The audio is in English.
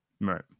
Right